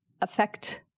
affect